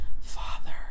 Father